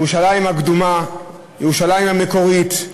ירושלים הקדומה, ירושלים המקורית,